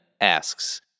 asks